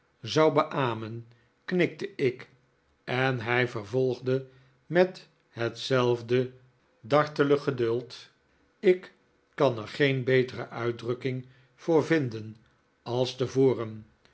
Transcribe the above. zou beamen knikte ik en hij vervolgde met hetzelfde dartele geduld ik kan er geen betere uitdrukking voor vinden als tevoren